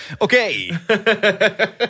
okay